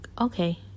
okay